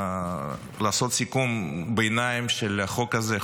לעשות סיכום ביניים של החוק הזה,